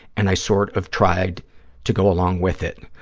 and i sort of tried to go along with it.